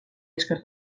esker